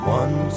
one